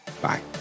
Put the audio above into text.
bye